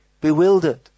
bewildered